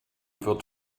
wird